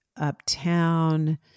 uptown